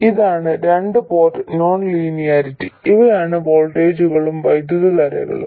ഇതാണ് രണ്ട് port nonlinearity ഇവയാണ് വോൾട്ടേജുകളും വൈദ്യുതധാരകളും